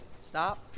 Stop